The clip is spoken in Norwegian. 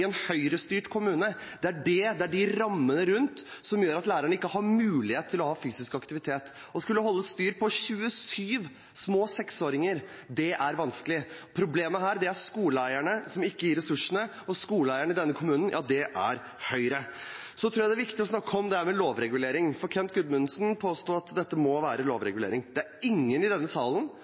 en Høyre-styrt kommune. Det er rammene rundt som gjør at lærerne ikke har mulighet til å ha fysisk aktivitet i skolen. Å skulle holde styr på 27 seksåringer er vanskelig. Problemet her er skoleeierne som ikke gir ressursene, og skoleeier i denne kommunen er Høyre. Så tror jeg det er viktig å snakke om dette med lovregulering. Kent Gudmundsen påsto at dette må lovreguleres. Det er ingen i denne salen